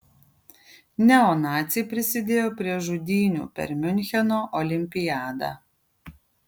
neonaciai prisidėjo prie žudynių per miuncheno olimpiadą